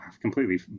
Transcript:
completely